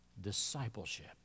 discipleship